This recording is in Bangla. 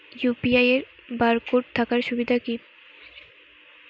ইউ.পি.আই এর বারকোড থাকার সুবিধে কি?